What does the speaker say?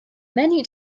menu